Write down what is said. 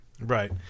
Right